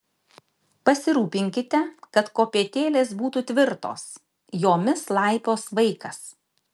pasirūpinkite kad kopėtėlės būtų tvirtos jomis laipios vaikas